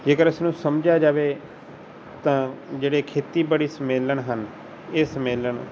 ਜੇਕਰ ਇਸ ਨੂੰ ਸਮਝਿਆ ਜਾਵੇ ਤਾਂ ਜਿਹੜੇ ਖੇਤੀਬਾੜੀ ਸੰਮੇਲਨ ਹਨ ਇਹ ਸੰਮੇਲਨ